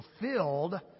fulfilled